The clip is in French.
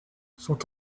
sont